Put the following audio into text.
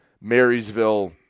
Marysville